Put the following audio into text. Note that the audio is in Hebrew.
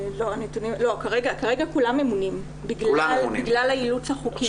כרגע כולם ממונים בגלל האילוץ החוקי.